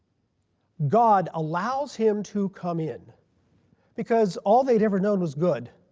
god allows him to come in because all they'd ever known was good